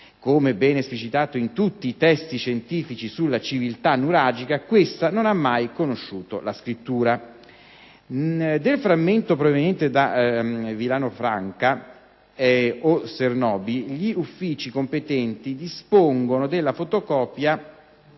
come ben esplicitato in tutti i testi scientifici sulla civiltà nuragica, questa non ha mai conosciuto la scrittura. Del frammento proveniente da Villanovafranca o Senorbi gli uffici competenti dispongono della fotocopia